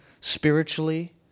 spiritually